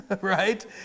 right